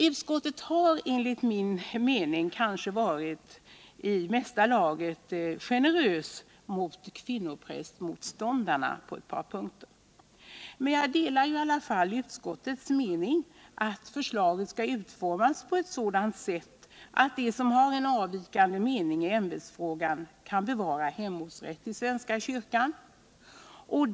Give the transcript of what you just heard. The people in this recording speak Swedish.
Utskottet har enligt min mening kanske varit i mesta laget generöst mot kvinnoprästmotståndarna på ett par punkter, men jag delar ändå utskottets mening att förslaget skall utformas på ett sådant sätt, att de som har en avvikande mening i ämbetsfrågan kan bevara hemortsrätt i svenska kyrkan.